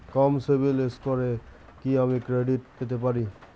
কম সিবিল স্কোরে কি আমি ক্রেডিট পেতে পারি?